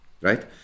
right